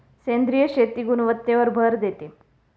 सेंद्रिय शेती गुणवत्तेवर भर देते